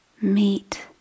meet